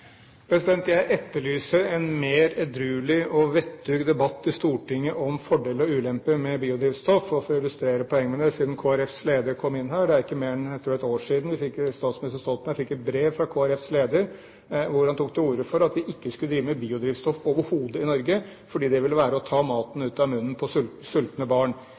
Jeg etterlyser en mer edruelig og vettug debatt i Stortinget om fordeler og ulemper med biodrivstoff. For å illustrere poenget med det, siden Kristelig Folkepartis leder kom inn her – jeg tror ikke det er mer enn et år siden statsminister Stoltenberg fikk et brev fra Kristelig Folkepartis leder der han tok til orde for at vi ikke skulle drive med biodrivstoff overhodet i Norge, fordi det ville være å ta maten ut av munnen på sultne barn.